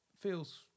feels